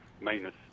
maintenance